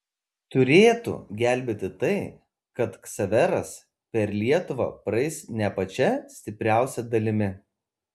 turėtų gelbėti tai kad ksaveras per lietuvą praeis ne pačia stipriausia dalimi